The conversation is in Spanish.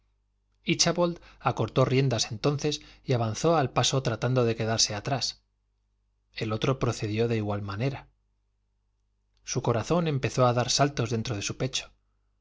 nivel íchabod acortó riendas entonces y avanzó al paso tratando de quedarse atrás el otro procedió de igual manera su corazón comenzó a dar saltos dentro de su pecho